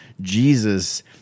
Jesus